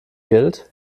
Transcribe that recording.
gilt